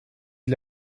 для